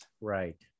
right